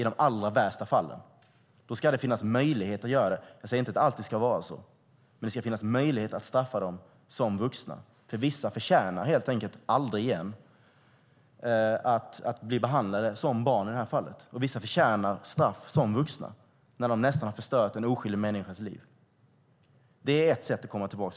I de allra värsta fallen ska det finnas möjlighet att göra det. Jag säger inte att det alltid ska vara så, men det ska finnas möjlighet att straffa dem som vuxna. Vissa förtjänar helt enkelt inte att bli behandlade som barn, och vissa förtjänar straff som vuxna när de nästan har förstört en oskyldig människas liv. Det är ett sätt att komma tillbaka.